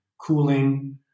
cooling